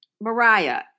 Mariah